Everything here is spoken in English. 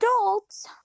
adults